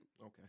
Okay